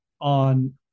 on